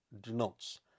denotes